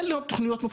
אין תוכניות,